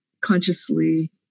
consciously